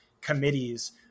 committees